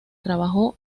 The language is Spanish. trabajó